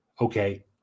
okay